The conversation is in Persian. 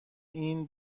این